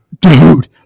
dude